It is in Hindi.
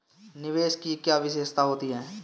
निवेश की क्या विशेषता होती है?